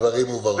הדברים הובהרו.